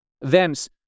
Thence